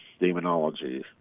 demonology